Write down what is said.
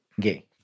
gay